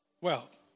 Wealth